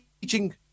teaching